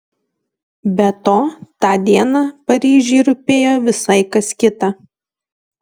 be to tą dieną paryžiui rūpėjo visai kas kita